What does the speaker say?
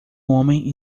homem